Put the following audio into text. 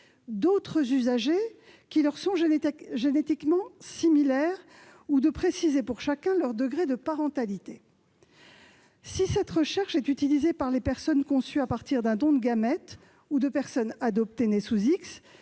d'autres usagers qui leur sont génétiquement similaires ou de préciser, pour chacun, leur degré de parentalité. Si cette recherche est utilisée par les personnes conçues à partir d'un don de gamètes ou de personnes adoptées nées sous X